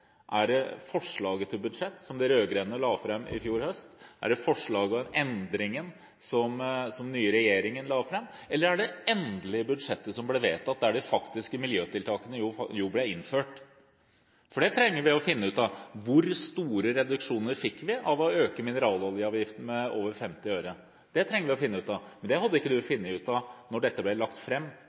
Er det forslaget til budsjett som de rød-grønne la fram i fjor høst? Er det forslaget til endring, som den nye regjeringen la fram, eller er det det endelige budsjettet som ble vedtatt, der de faktiske miljøtiltakene ble innført? For det trenger vi å finne ut av, hvor store reduksjoner fikk vi av å øke mineraloljeavgiften med over 50 øre? Det trenger vi å finne ut av, men det hadde ikke du funnet ut av da dette ble lagt